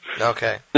Okay